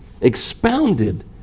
expounded